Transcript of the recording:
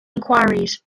inquiries